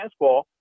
fastball